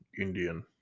Indian